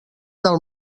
del